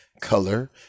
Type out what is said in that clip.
color